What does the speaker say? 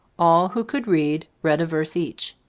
all who could read, read a verse each,